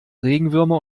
regenwürmer